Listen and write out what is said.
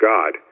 God